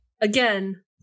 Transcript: again